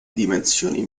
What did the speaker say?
dimensioni